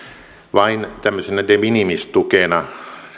vain tämmöisenä de minimis tukena